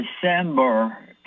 December